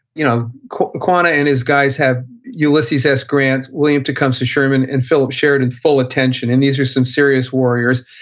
you know quanah and his guys have ulysses ulysses s. grant, william tecumseh sherman, and philip sheridan's full attention. and these are some serious warriors,